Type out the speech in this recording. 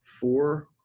four